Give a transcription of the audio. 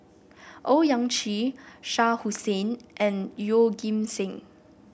Owyang Chi Shah Hussain and Yeoh Ghim Seng